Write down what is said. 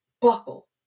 buckle